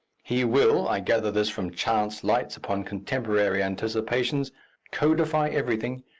he will i gather this from chance lights upon contemporary anticipations codify everything,